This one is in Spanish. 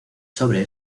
sobre